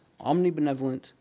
omnibenevolent